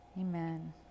Amen